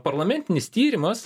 parlamentinis tyrimas